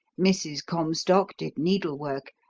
mrs. comstock did needlework,